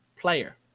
player